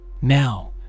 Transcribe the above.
Now